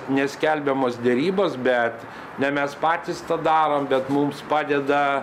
neskelbiamos derybos bet ne mes patys tą darom bet mums padeda